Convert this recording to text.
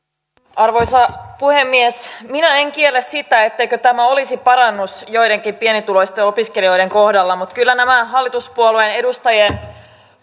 arvoisa puhemies minä en kiellä sitä etteikö tämä olisi parannus joidenkin pienituloisten opiskelijoiden kohdalla mutta kyllä nämä hallituspuolueiden edustajien